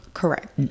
Correct